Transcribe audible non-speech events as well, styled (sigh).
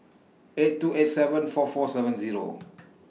eight two eight seven four four seven Zero (noise)